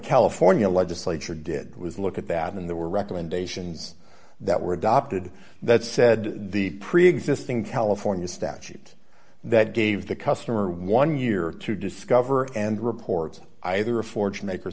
california legislature did was look at that and there were recommendations that were adopted that said the preexisting california statute that gave the customer one year to discover and reports either a for